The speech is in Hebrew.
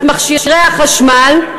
את מכשירי החשמל,